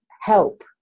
help